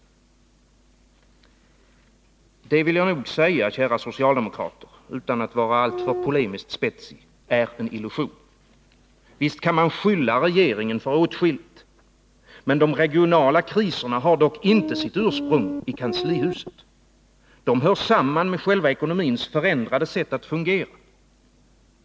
Detta, vill jag nog säga, kära socialdemokrater, utan att vara alltför polemiskt spetsig, är en illusion. Visst kan man skylla regeringen för åtskilligt, men de regionala kriserna har dock inte sitt ursprung i kanslihuset. De hör samman med själva ekonomins förändrade sätt att fungera.